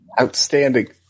outstanding